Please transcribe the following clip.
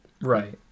Right